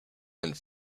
and